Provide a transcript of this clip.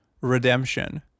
Redemption